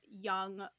young